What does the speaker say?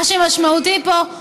מה שמשמעותי פה,